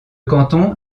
canton